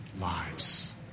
lives